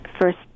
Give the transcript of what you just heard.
first